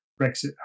Brexit